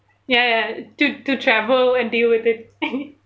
ya ya to to travel and deal with it